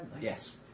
Yes